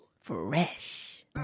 fresh